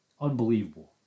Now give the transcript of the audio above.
Unbelievable